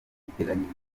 biteganyijwe